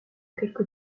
quelque